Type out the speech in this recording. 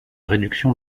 réduction